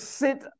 sit